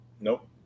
Nope